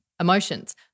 emotions